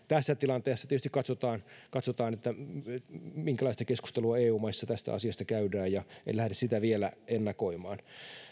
tässä tilanteessa tietysti katsotaan katsotaan minkälaista keskustelua eu maissa tästä asiasta käydään ja en lähde sitä vielä ennakoimaan